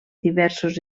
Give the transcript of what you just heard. diversos